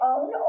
own